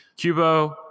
Cubo